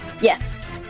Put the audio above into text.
Yes